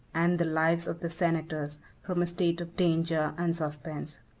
and the lives of the senators from a state of danger and suspense.